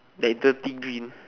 like dirty green